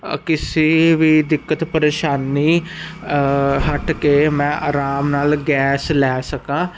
ਕਿਸੇ ਵੀ ਦਿੱਕਤ ਪਰੇਸ਼ਾਨੀ ਹਟ ਕੇ ਮੈਂ ਆਰਾਮ ਨਾਲ ਗੈਸ ਲੈ ਸਕਾਂ